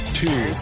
two